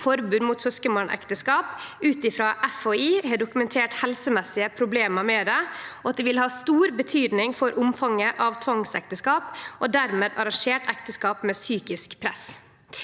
forbud mot søskenbarnekteskap ut ifra at Folkehelseinstituttet har dokumentert helsemessige problemer med dette, og at det vil ha stor betydning for omfanget av tvangsekteskap og dermed arrangerte ekteskap med psykisk press.»